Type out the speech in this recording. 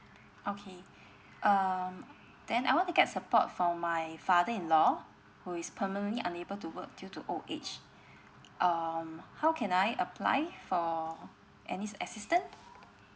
okay um then I want to get support for my father in law who is permanently unable to work due to old age um how can I apply for any assistance